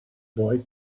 boy